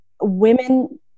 women